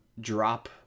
drop